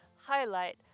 highlight